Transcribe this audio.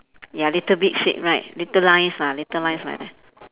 ya little bit shade right little lines lah little lines like that